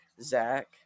Zach